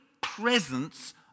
presence